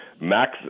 max